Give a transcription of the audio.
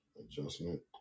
adjustment